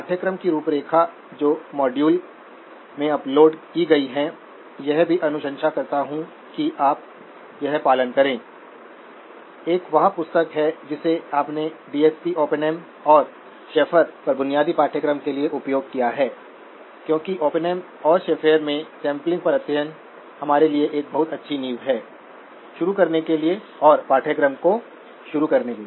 पाठ्यक्रम की रूपरेखा जो मॉड्यूल में अपलोड की गई है यह भी अनुशंसा करता हु कि आप यह पालन करें एक वह पुस्तक है जिसे आपने डीएसपी ओपेनहेम और शेफर पर बुनियादी पाठ्यक्रम के लिए उपयोग किया है और क्योंकि ओप्पेनहेम और शेफर में सैंपलिंग पर अध्याय हमारे लिए एक बहुत अच्छी नींव है शुरू करने के लिए और पाठ्यक्रम को सुरु करने के लिए